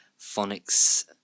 Phonics